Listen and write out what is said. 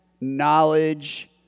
knowledge